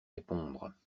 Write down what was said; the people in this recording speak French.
répondre